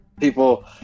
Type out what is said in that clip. people